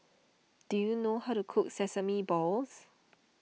do you know how to cook Sesame Balls